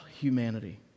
humanity